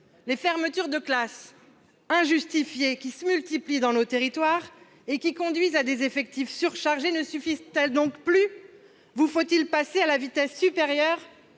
Les fermetures de classes, injustifiées, qui se multiplient dans nos territoires et conduisent à des effectifs surchargés ne suffisent-elles donc plus ? Vous faut-il passer à la vitesse supérieure